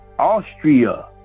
austria